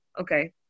okay